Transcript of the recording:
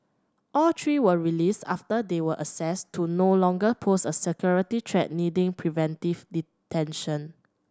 all three were released after they were assessed to no longer pose a security threat needing preventive detention